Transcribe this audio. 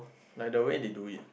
like the way they do it